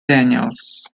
daniels